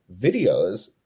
videos